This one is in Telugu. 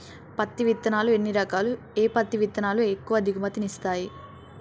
పత్తి విత్తనాలు ఎన్ని రకాలు, ఏ పత్తి విత్తనాలు ఎక్కువ దిగుమతి ని ఇస్తాయి?